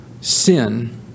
sin